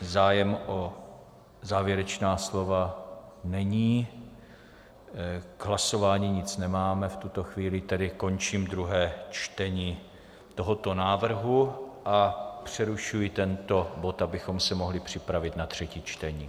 Zájem o závěrečná slova není, k hlasování nic nemáme v tuto chvíli, tedy končím druhé čtení tohoto návrhu a přerušuji tento bod, abychom se mohli připravit na třetí čtení.